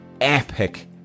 epic